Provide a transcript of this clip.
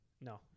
No